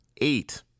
Eight